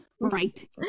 Right